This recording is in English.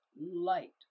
light